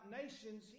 nations